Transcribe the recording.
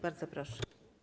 Bardzo proszę.